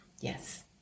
Yes